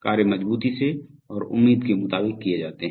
कार्य मज़बूती से और उम्मीद के मुताबिक किए जाते हैं